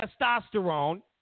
testosterone